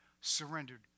surrendered